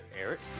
Eric